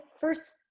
first